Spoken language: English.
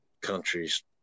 countries